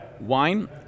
wine